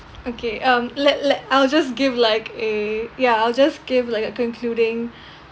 okay um let let I'll just give like a yeah I'll just give like a concluding